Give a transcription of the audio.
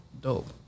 dope